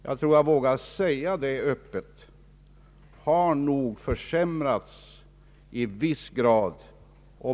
Jag tror jag vågar säga öppet att atmosfären har försämrats i viss grad.